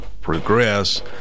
progress